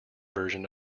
version